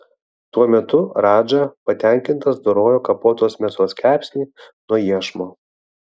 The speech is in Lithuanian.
tuo metu radža patenkintas dorojo kapotos mėsos kepsnį nuo iešmo